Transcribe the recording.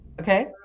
okay